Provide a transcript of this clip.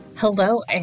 Hello